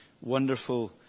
wonderful